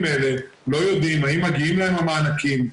אלה לא יודעים האם מגיעים להם המענקים,